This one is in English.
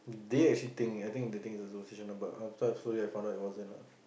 they actually think I think they think it's a superstition lah but after I slowly I found out it wasn't lah